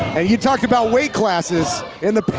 you talked about weight classes in the